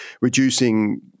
reducing